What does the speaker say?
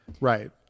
Right